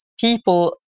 people